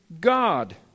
God